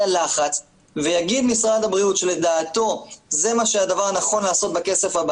הלחץ ויגיד משרד הבריאות שלדעתו זה הדבר הנכון לעשות בכסף הבא